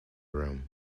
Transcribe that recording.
room